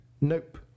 nope